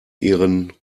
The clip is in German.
ihren